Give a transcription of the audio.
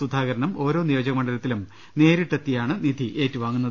സുധാകരനും ഓരോ നിയോജക മണ്ഡലത്തിലും നേരിട്ട് എത്തിയാണ് നിധി ഏറ്റുവാങ്ങുന്നത്